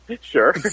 Sure